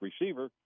receiver